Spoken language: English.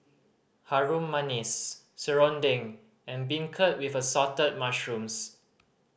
Harum Manis serunding and beancurd with Assorted Mushrooms